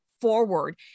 forward